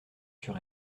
sur